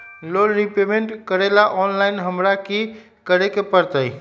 Loan repayment करेला online हमरा की करे के परतई?